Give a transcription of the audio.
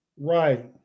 Right